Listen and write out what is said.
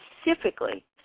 specifically